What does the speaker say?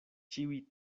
ĉiuj